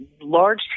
large